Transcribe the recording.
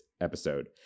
episode